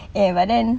ya but then